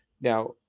Now